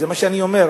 זה מה שאני אומר.